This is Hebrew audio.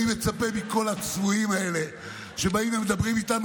אני מצפה מכל הצבועים האלה שבאים ומדברים איתנו